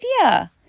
idea